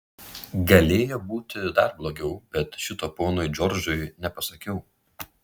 galėjo būti dar blogiau bet šito ponui džordžui nepasakiau